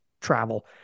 travel